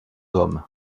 hommes